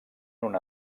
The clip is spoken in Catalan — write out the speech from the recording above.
una